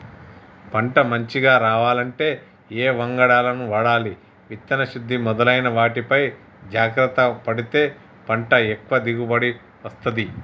పంట మంచిగ రావాలంటే ఏ వంగడాలను వాడాలి విత్తన శుద్ధి మొదలైన వాటిపై జాగ్రత్త పడితే పంట ఎక్కువ దిగుబడి వస్తది